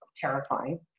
terrifying